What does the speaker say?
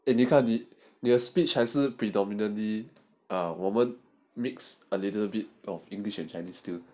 你看你你的 speech 还是 predominantly err 我们 mix a little bit of english and chinese still